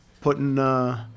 putting